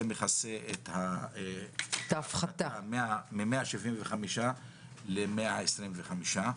זה מכסה את ההפרש מ-175 שקלים ל-125 שקלים.